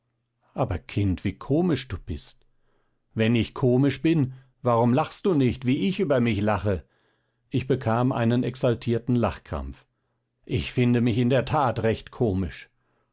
aber kind wie komisch du bist wenn ich komisch bin warum lachst du nicht wie ich über mich lache ich bekam einen exaltierten lachkrampf ich finde mich in der tat recht komisch